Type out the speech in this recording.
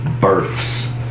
births